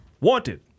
Wanted